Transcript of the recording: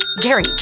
Gary